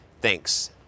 Thanks